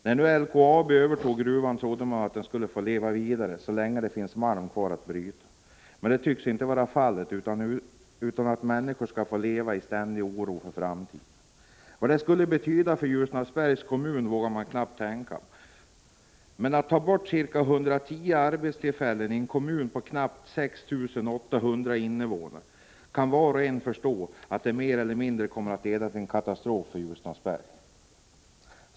När LKAB övertog gruvan trodde man att den skulle få leva vidare så länge det finns malm kvar att bryta. Men det tycks inte vara fallet, utan människorna skall få leva i ständig oro för framtiden. Vad en nedläggning skulle betyda för Ljusnarsbergs kommun vågar man knappt tänka på. Var och en kan förstå att om man tar bort ca 110 arbetstillfällen i en kommun som Ljusnarsberg, med knappt 6 800 invånare, innebär det mer eller mindre en katastrof för kommunen.